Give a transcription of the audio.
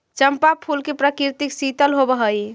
चंपा फूल की प्रकृति शीतल होवअ हई